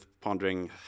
pondering